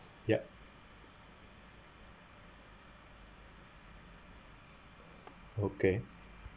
ya okay